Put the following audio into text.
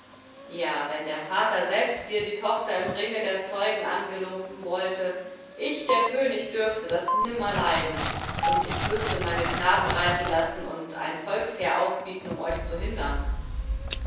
ja wenn der vater selbst dir die tochter im ringe der zeugen angeloben wollte ich der könig dürfte das nimmer leiden und ich müßte meine knaben reiten lassen und ein volksheer aufbieten um euch zu hindern